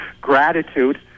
Gratitude